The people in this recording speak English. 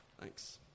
Thanks